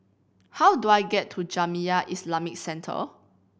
how do I get to Jamiyah Islamic Centre